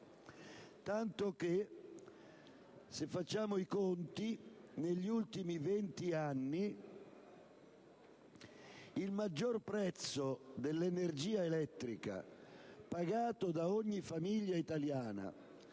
nucleare. Se facciamo i conti, negli ultimi 20 anni, il maggior prezzo dell'energia elettrica è stato pagato da ogni famiglia italiana,